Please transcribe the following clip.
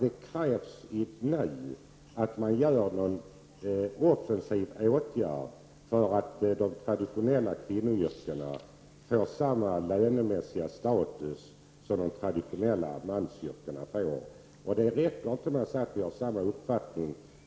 Det krävs att man vidtar någon offensiv åtgärd för att de traditionella kvinnoyrkena skall få samma lönemässiga status som de traditionella mansyrkena. Det räcker inte med att säga att vi har samma uppfattning.